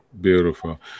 beautiful